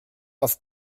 auf